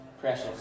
precious